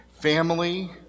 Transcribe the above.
family